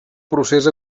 procés